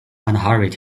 unhurried